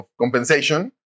compensation